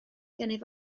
gennyf